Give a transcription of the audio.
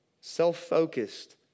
self-focused